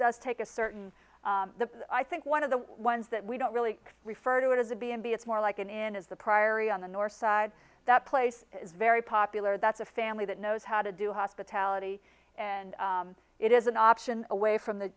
does take a certain the i think one of the ones that we don't really refer to it as a b and b it's more like and in is the priory on the north side that place is very popular that's a family that knows how to do hospitality and it is an option away from the